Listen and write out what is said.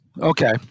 Okay